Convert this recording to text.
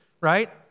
right